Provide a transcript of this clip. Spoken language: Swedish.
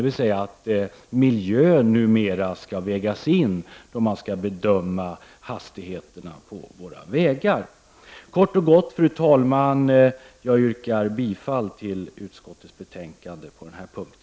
Miljön skall numera vägas in när hastigheterna på vägarna skall bedömas. Fru talman! Jag yrkar kort och gott bifall till utskottets anmälan på den punkten.